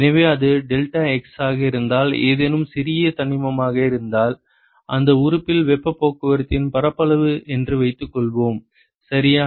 எனவே அது டெல்டாக்ஸாக இருந்தால் ஏதேனும் சிறிய தனிமமாக இருந்தால் அந்த உறுப்பில் வெப்பப் போக்குவரத்தின் பரப்பளவு என்று வைத்துக்கொள்வோம் சரியா